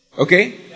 Okay